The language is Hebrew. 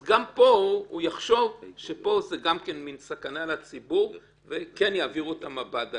גם פה הוא יחשוב שזו סכנה לציבור ויעבירו את המב"ד עליו.